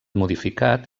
modificat